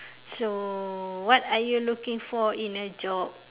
so what are you looking for in a job